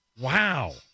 Wow